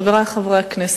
חברי חברי הכנסת,